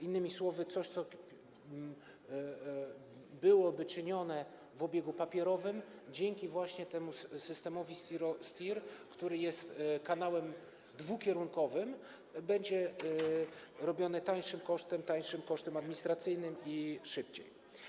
Innymi słowy coś, co byłoby czynione w obiegu papierowym, dzięki temu systemowi STIR, który jest kanałem dwukierunkowym, będzie robione mniejszym kosztem, mniejszym kosztem administracyjnym i szybciej.